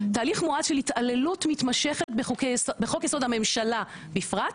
תהליך מואץ של התעללות מתמשכת בחוקי יסוד הממשלה בפרט,